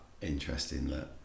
interesting